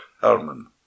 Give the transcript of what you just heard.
Herman